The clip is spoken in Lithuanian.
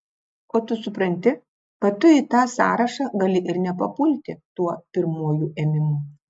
o tu supranti kad tu į tą sąrašą gali ir nepapulti tuo pirmuoju ėmimu